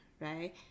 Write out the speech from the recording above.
right